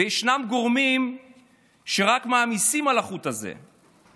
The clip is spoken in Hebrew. וישנם גורמים שרק מעמיסים על החוט הזה.